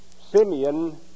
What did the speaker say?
Simeon